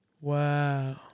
Wow